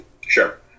Sure